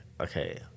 okay